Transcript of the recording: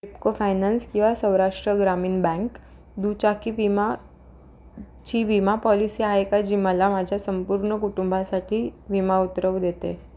eco finance किंवा सौराष्ट्र ग्रामीण bank दुचाकी विमाची विमा पॉलिसी आहे का जी मला माझ्या संपूर्ण कुटुंबासाठी विमा उतरवू देते